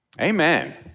Amen